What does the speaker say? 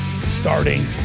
starting